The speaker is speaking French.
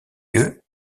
lieu